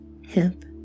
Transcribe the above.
hip